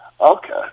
Okay